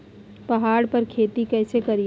पहाड़ पर खेती कैसे करीये?